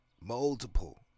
multiple